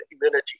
immunity